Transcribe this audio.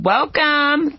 Welcome